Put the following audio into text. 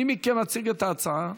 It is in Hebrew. מי מכם מציג את ההצעה?